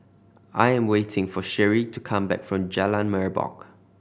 I'm waiting for Cherie to come back from Jalan Merbok